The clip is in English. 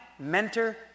mentor